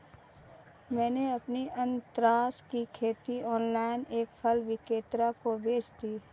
मैंने अपनी अनन्नास की खेती ऑनलाइन एक फल विक्रेता को बेच दी